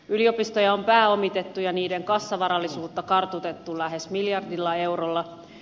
yliopistoja on pääomitettu ja niiden kassavarallisuutta kartutettu lähes miljardilla eurolla